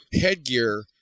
headgear